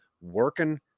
working